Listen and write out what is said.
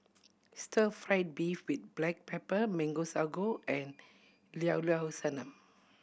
stir fried beef with black pepper Mango Sago and Llao Llao Sanum